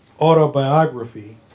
autobiography